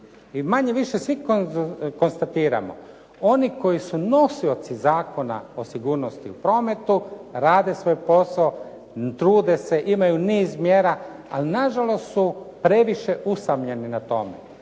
I manje-više svi konstatiramo, oni koji su nosioci Zakona o sigurnosti u prometu, rade svoj posao, trude se, imaju niz mjera, ali nažalost su previše usamljeni na tome.